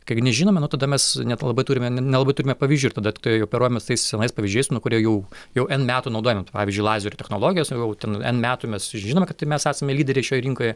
kai nežinome nu tada mes nelabai turime nelabai turime pavyzdžių ir tada tai operuojamės tais senais pavyzdžiais kurie jau jau n metų naudojami tai pavyzdžiui lazerių technologijos jau ten n metų mes žinome kad tai mes esame lyderiai šioj rinkoje